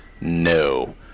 No